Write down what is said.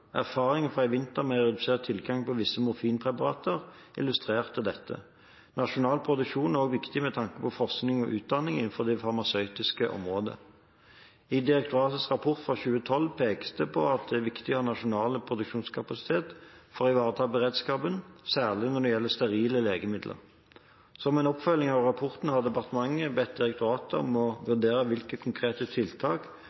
fra i vinter med redusert tilgang på visse morfinpreparater illustrerer dette. Nasjonal produksjon er også viktig med tanke på forskning og utdanning innenfor det farmasøytiske området. I direktoratets rapport fra 2012 pekes det på at det er viktig å ha nasjonal produksjonskapasitet for å ivareta beredskapen, særlig når det gjelder sterile legemidler. Som en oppfølging av rapporten har departementet bedt direktoratet om å